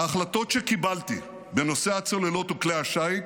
ההחלטות שקיבלתי בנושא הצוללות וכלי השיט